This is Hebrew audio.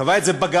קבע את זה בג"ץ,